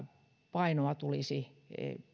painoa tulisi